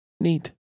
neat